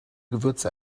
gewürze